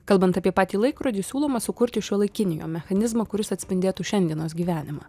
kalbant apie patį laikrodį siūloma sukurti šiuolaikinį jo mechanizmą kuris atspindėtų šiandienos gyvenimą